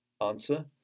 Answer